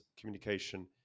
communication